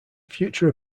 future